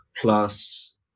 plus